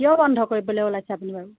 কিয় বন্ধ কৰিবলৈ ওলাইছে আপুনি বাৰু